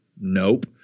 Nope